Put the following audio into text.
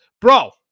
bro